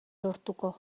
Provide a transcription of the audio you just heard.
lortuko